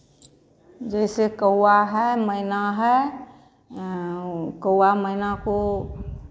जैसे कौवा है मैना है कौवा मैना को